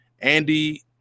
andy